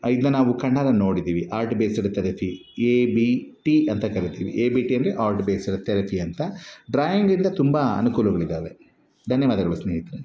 ಇದನ್ನ ನಾವು ಕಣ್ಣಾರೆ ನೋಡಿದ್ದೀವಿ art based therapy A B T ಅಂತ ಕರಿತೀವಿ ಎ ಬಿ ಟಿ ಅಂದರೆ ಆರ್ಟ್ ಬೇಸ್ಡ್ ಥೆರಪಿ ಅಂತ ಡ್ರಾಯಿಂಗ್ಯಿಂದ ತುಂಬ ಅನುಕೂಲಗಳು ಇದ್ದಾವೆ ಧನ್ಯವಾದಗಳು ಸ್ನೇಹಿತರೆ